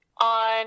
on